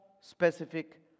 specific